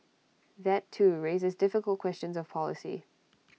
that too raises difficult questions of policy